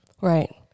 Right